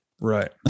right